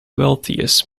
wealthiest